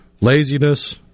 laziness